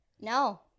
No